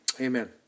amen